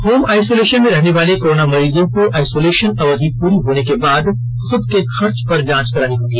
home isolation में रहने वाले कोरोना मरीजों को आइसोलेशन अवधि पूरी होने के बाद खुद के खर्च पर जांच करानी होगी